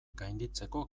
gainditzeko